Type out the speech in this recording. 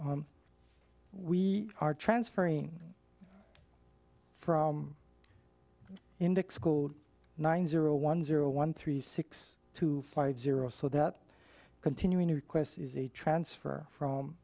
we are transferring from index code nine zero one zero one three six two five zero so that continuing to request is a transfer from